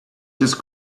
just